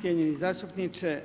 Cijenjeni zastupniče